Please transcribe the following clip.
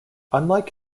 unlike